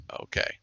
Okay